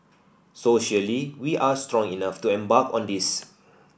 socially we are strong enough to embark on this